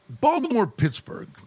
Baltimore-Pittsburgh